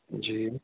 जी